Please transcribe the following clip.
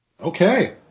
Okay